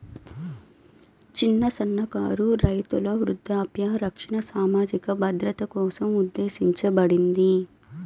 చిన్న, సన్నకారు రైతుల వృద్ధాప్య రక్షణ సామాజిక భద్రత కోసం ఉద్దేశించబడింది